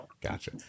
gotcha